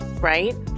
right